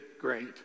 great